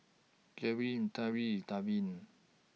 Jerrilyn Davin